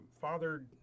Father